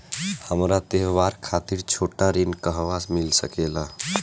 हमरा त्योहार खातिर छोटा ऋण कहवा मिल सकेला?